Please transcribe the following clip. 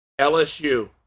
LSU